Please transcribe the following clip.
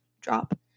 drop